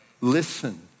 listen